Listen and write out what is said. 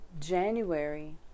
January